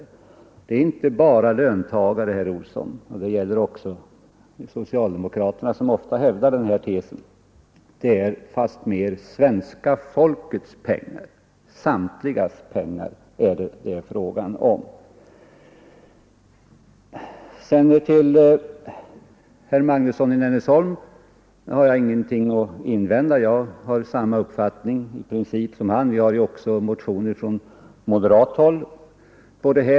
Det är inte bara löntagare, herr Olsson — och det gäller även socialdemokraterna, som ofta hävdar den här tesen. Det är fast mer svenska folkets pengar, samtligas pengar, som det är fråga om. Herr Magnusson i Nennesholm har jag ingenting att invända mot; jag har samma uppfattning i princip som han. Vi har ju också motioner från moderat håll om detta.